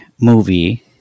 movie